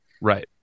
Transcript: Right